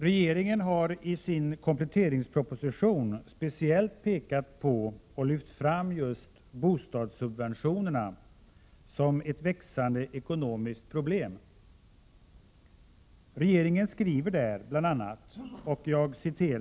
Regeringen har i sin kompletteringsproposition speciellt pekat på och lyft fram just bostadssubventionerna som ett växande ekonomiskt problem. Regeringen skriver där bl.